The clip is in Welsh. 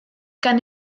gan